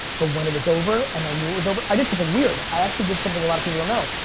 but when it was over and i knew it was over, i did something weird. i actually did something a lot of people don't know.